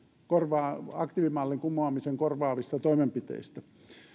aktiivimallin kumoamisen korvaavissa toimenpiteissä